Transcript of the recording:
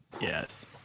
Yes